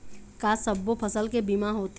का सब्बो फसल के बीमा होथे?